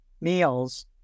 meals